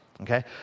okay